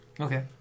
Okay